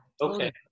Okay